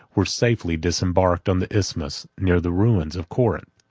were safely disembarked on the isthmus, near the ruins of corinth.